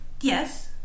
Yes